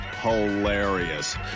hilarious